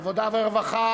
עמיר פרץ,